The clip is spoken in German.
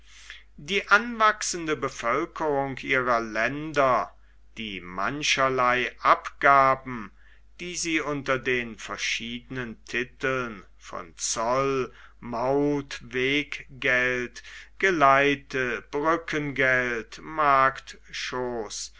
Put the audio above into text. die anwachsende bevölkerung ihrer länder die mancherlei abgaben die sie unter den verschiedenen titeln von zoll mauth weggeld geleite